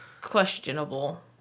Questionable